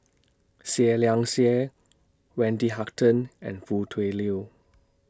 Seah Liang Seah Wendy Hutton and Foo Tui Liew